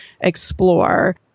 explore